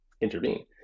intervene